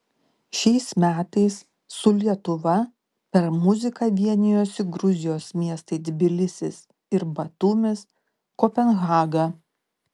šiais metais su lietuva per muziką vienijosi gruzijos miestai tbilisis ir batumis kopenhaga